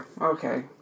okay